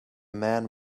man